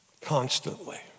Constantly